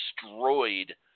destroyed